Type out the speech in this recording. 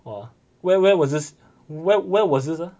!wah! where where was this where was this ah